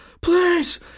please